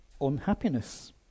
unhappiness